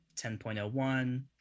10.01